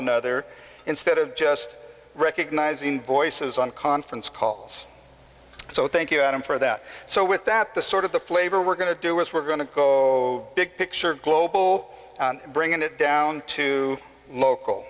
another instead of just recognizing voices on conference calls so thank you adam for that so with that the sort of the flavor we're going to do is we're going to go big picture global bring it down to local